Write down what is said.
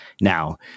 now